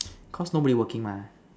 cause nobody working mah